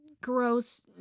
gross